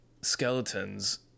skeletons